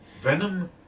Venom